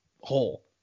hole